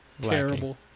Terrible